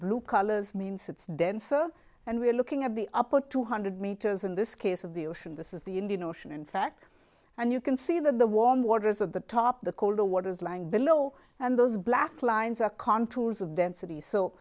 blue colors means it's denser and we're looking at the upper two hundred meters in this case of the ocean this is the indian ocean in fact and you can see that the warm waters of the top the colder waters lying below and those black lines are contours of density so